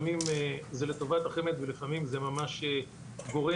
לפעמים זה לטובת החמ"ד ולפעמים זה ממש גורם,